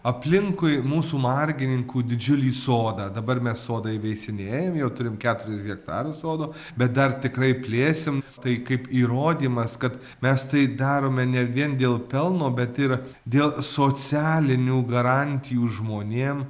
aplinkui mūsų margininkų didžiulį sodą dabar mes sodą įveisinėjam jau turim keturis hektarus sodo bet dar tikrai plėsim tai kaip įrodymas kad mes tai darome ne vien dėl pelno bet ir dėl socialinių garantijų žmonėm